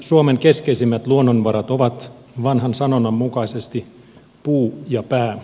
suomen keskeisimmät luonnonvarat ovat vanhan sanonnan mukaisesti puu ja pää